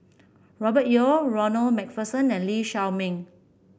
Robert Yeo Ronald MacPherson and Lee Shao Meng